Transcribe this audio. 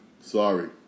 Sorry